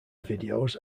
videos